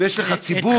ויש לך ציבור,